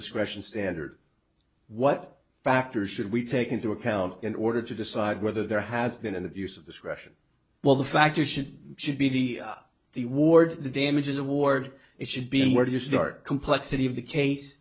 discretion standard what factors should we take into account in order to decide whether there has been an abuse of discretion while the factor should be should be the ward the damages award it should be and where do you start complexity of the case